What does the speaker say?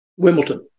Wimbledon